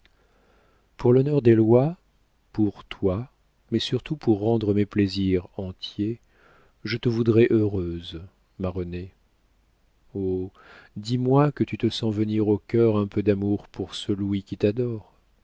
pour l'honneur des lois pour toi mais surtout pour rendre mes plaisirs entiers je te voudrais heureuse ma renée oh dis-moi que tu te sens venir au cœur un peu d'amour pour ce louis qui t'adore